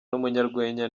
n’umunyarwenya